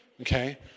Okay